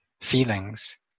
feelings